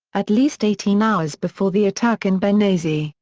at least eighteen hours before the attack in benghazi,